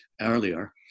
earlier